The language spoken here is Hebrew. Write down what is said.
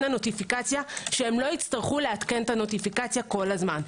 הנוטיפיקציה שלא יצטרכו לעדכן את הנוטיפיקציה כל הזמן.